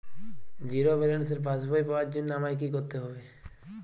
Zero ব্যালেন্সের পাসবই পাওয়ার জন্য আমায় কী করতে হবে?